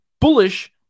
bullish